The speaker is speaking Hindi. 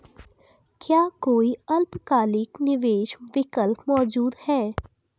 क्या कोई अल्पकालिक निवेश विकल्प मौजूद है?